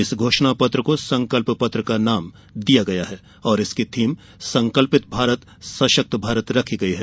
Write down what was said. इस घोषणा पत्र को संकल्प पत्र नाम दिया गया है और इसका थीम संकल्पित भारत सशक्त भारत रखी गयी है